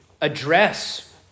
address